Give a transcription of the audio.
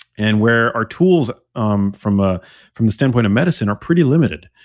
and where our tools um from ah from the standpoint of medicine are pretty limited.